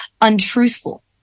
untruthful